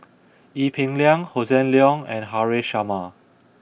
Ee Peng Liang Hossan Leong and Haresh Sharma